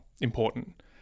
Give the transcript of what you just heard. important